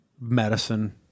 medicine